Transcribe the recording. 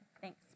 Thanks